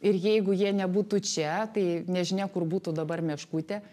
ir jeigu jie nebūtų čia tai nežinia kur būtų dabar meškutė